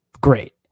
Great